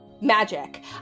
magic